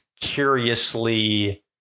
curiously